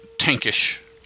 tankish